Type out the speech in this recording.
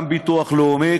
גם ביטוח לאומי,